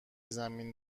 زمین